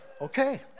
okay